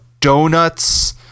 donuts